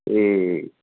ਅਤੇ